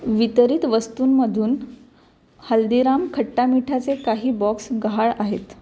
वितरित वस्तूंमधून हल्दीराम खट्टा मीठाचे काही बॉक्स गहाळ आहेत